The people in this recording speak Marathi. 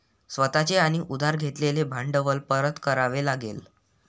स्वतः चे आणि उधार घेतलेले भांडवल परत करावे लागेल